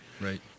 Right